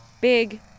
Big